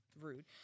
rude